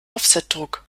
offsetdruck